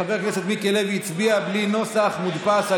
אין לנו נוסחים,